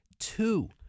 two